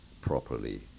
properly